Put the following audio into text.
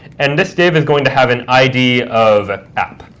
and this div is going to have an id of app,